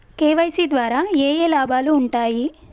KYC ద్వారా ఏఏ లాభాలు ఉంటాయి?